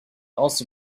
also